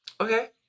Okay